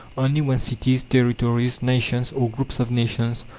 only when cities, territories, nations, or groups of nations,